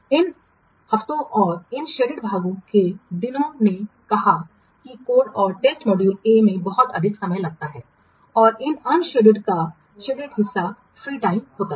उन हफ्तों और इस शेडेड भागों के दिनों ने कहा कि कोड और टेस्ट मॉड्यूल ए में बहुत अधिक समय लगता है और यह अन शेडेड का शेडेड हिस्सा फ्री टाइम होता है